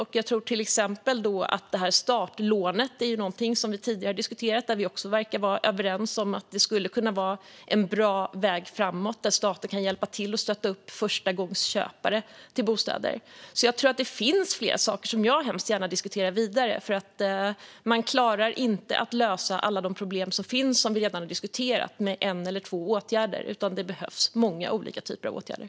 Startlån har diskuterats tidigare, och här verkar vi vara överens om att det skulle vara en bra väg framåt. Då kan staten hjälpa till och stötta förstagångsköpare av bostäder. Jag tror att det finns flera saker som vi kan diskutera vidare, för man klarar inte att lösa alla problem med en eller två åtgärder. Det behövs många olika typer av åtgärder.